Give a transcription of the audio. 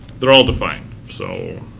they're all defined, so.